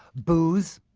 booze.